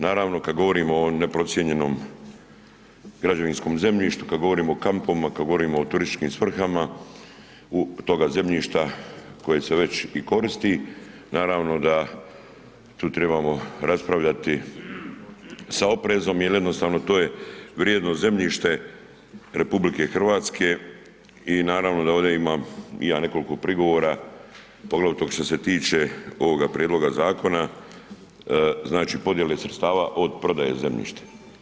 Naravno kad govorimo o neprocijenjenom građevinskom zemljištu, kad govorimo o kampovima, kad govorimo o turističkim svrhama toga zemljišta koje se već i koristi, naravno da tu trebamo raspravljati sa oprezom jer jednostavno to je vrijedno zemljište RH i naravno da ovdje imam i ja nekoliko prigovora poglavito ovog što se tiče ovoga prijedloga zakona, znači podjele sredstava od prodaje zemljišta.